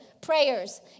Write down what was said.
prayers